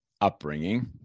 upbringing